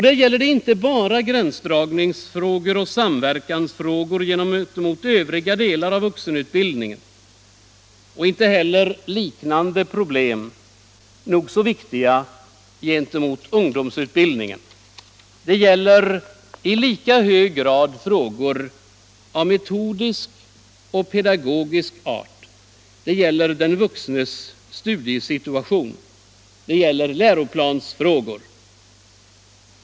Det gäller inte bara frågor om gränsdragning gentemot och samverkan med övriga delar av vuxenutbildningen eller ungdomsutbildningen, där motsvarande problem är nog så viktiga. Det gäller i lika hög grad frågor av metodisk och pedagogisk art. Det gäller den vuxnes studiesituation. Det gäller läroplansfrågor.